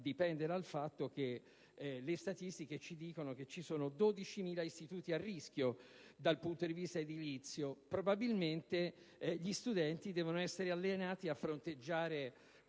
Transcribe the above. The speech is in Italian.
dipende dal fatto che le statistiche dicono che ci sono 12.000 istituti a rischio dal punto di vista edilizio; probabilmente gli studenti devono essere allenati a fronteggiare